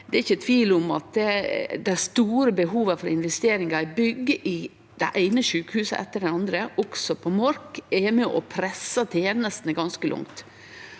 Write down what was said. det er ikkje tvil om at dei store behova for investeringar i bygg i det eine sjukehuset etter det andre, også på Mork, er med og pressar tenestene ganske langt.